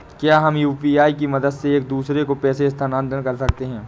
क्या हम यू.पी.आई की मदद से एक दूसरे को पैसे स्थानांतरण कर सकते हैं?